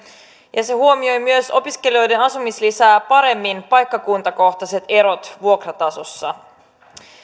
ja se huomioi myös opiskelijoiden asumislisää paremmin paikkakuntakohtaiset erot vuokratasossa